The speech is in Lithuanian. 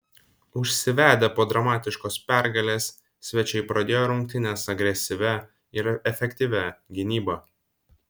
užsivedę po dramatiškos pergalės svečiai pradėjo rungtynes agresyvia ir efektyvia gynyba